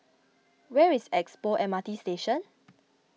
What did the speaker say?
where is Expo M R T Station